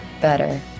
better